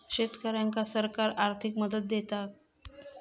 शेतकऱ्यांका सरकार आर्थिक मदत केवा दिता?